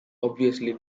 obviously